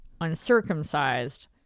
uncircumcised